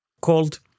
called